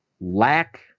Lack